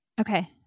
Okay